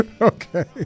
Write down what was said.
Okay